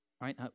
right